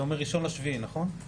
זה אומר 1.7, נכון?